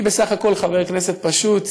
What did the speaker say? אני בסך הכול חבר כנסת פשוט,